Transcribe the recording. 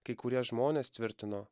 kai kurie žmonės tvirtino